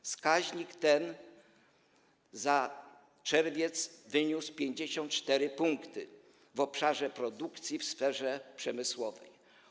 Wskaźnik ten za czerwiec wyniósł 54 punkty w obszarze produkcji w sferze przemysłowej.